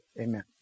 Amen